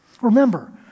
Remember